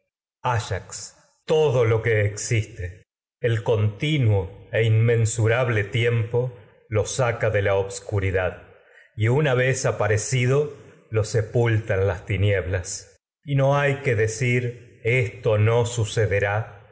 excepto él lo que áyax todo ble existo el continuo e inmensura tiempo lo saca de en la obscuridad y una vez apare cido lo sepulta no las tinieblas y hay que decir esto sucederá